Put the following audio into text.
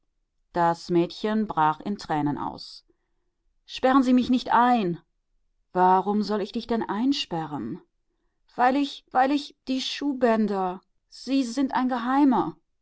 das mädchen brach in tränen aus sperren sie mich nicht ein warum soll ich dich denn einsperren weil ich weil ich die schuhbänder sie sind ein geheimer